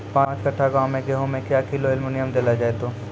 पाँच कट्ठा गांव मे गेहूँ मे क्या किलो एल्मुनियम देले जाय तो?